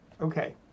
Okay